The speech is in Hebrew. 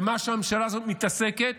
ומה שהממשלה הזאת מתעסקת